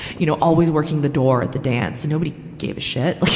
you know, always working the door at the dance, and nobody gave a shit. like,